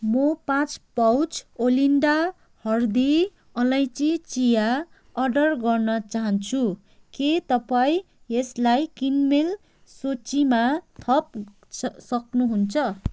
म पाचँ pouch Olinda हल्दी अलैँची चिया अर्डर गर्न चाहन्छु के तपाईँ यसलाई किनमेल सूचीमा थप्न स सक्नुहुन्छ